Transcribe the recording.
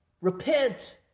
Repent